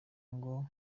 ngo